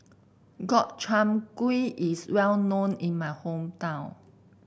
Gobchang Gui is well known in my hometown